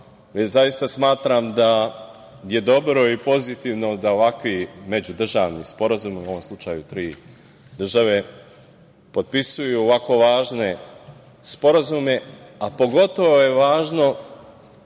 smatram da je dobro i pozitivno da ovakvi međudržavni sporazumi, u ovom slučaju tri države, potpisuju ovako važne sporazume, a pogotovu je važno